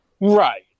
Right